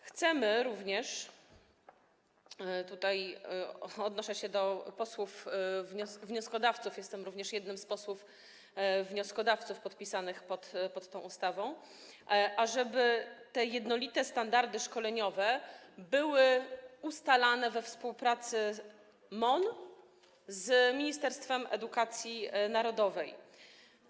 Chcemy również - tutaj odnoszę się do posłów wnioskodawców, jestem również jednym z posłów wnioskodawców podpisanych pod tą ustawą - ażeby te jednolite standardy szkoleniowe były ustalane we współpracy MON z Ministerstwem Edukacji Narodowej.